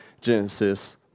Genesis